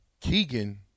Keegan